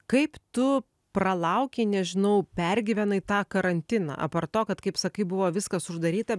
kaip tu pralaukei nežinau pergyvenai tą karantiną apart to kad kaip sakai buvo viskas uždaryta